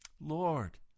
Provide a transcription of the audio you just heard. Lord